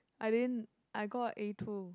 I didn't I got a a two